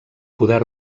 poder